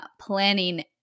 planning